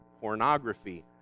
pornography